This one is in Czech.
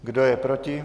Kdo je proti?